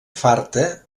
farta